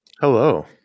Hello